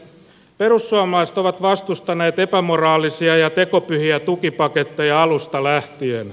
perussuomalaiset ovat vastustaneet epämoraalisia ja tekopyhiä tukipaketteja alusta lähtien